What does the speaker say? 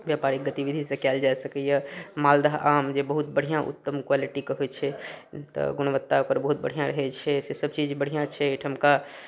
बेपारिक गतिविधिसँ कएल जा सकैए मालदह आम जे बहुत बढ़िआँ उत्तम क्वालिटीके होइ छै तऽ गुणवत्ता ओकरा बहुत बढ़िआँ रहै छै सेसब चीज बढ़िआँ छै एहिठामके